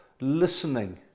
listening